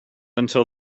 until